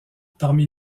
parmi